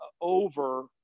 over